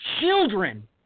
children